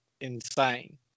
insane